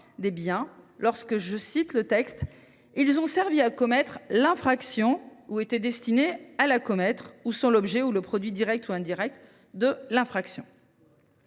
des biens lorsqu’ils « ont servi à commettre l’infraction, ou étaient destinés à la commettre ou sont l’objet ou le produit direct ou indirect de l’infraction